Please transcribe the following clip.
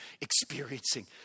Experiencing